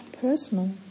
personal